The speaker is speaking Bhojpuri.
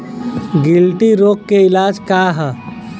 गिल्टी रोग के इलाज का ह?